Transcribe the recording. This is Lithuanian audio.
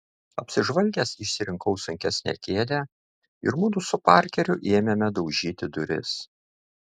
apsižvalgęs išsirinkau sunkesnę kėdę ir mudu su parkeriu ėmėme daužyti duris